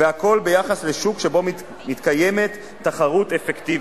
והכול ביחס לשוק שבו מתקיימת תחרות אפקטיבית.